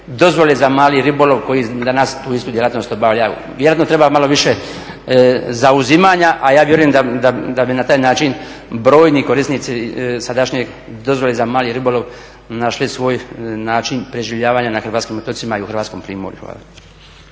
dozvole za mali ribolov koji danas tu istu djelatnost obavljaju. Vjerojatno treba malo više zauzimanja, a vjerujem da bi na taj način brojni korisnici sadašnje dozvole za mali ribolov našli svoj način preživljavanja na hrvatskim otocima i u hrvatskom primorju.